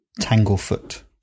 Tanglefoot